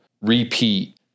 repeat